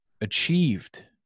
achieved